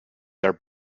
are